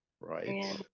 Right